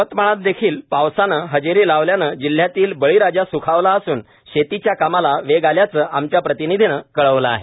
यवतमाळात देखील पावसाने हजेरी लावण्याने जिल्हयातील बळीराजा सुखावला असून शेतीच्या कामाला वेग आल्याचं आमच्या प्रतिनिधीनं कळविलं आहे